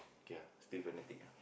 okay ah still fanatic ah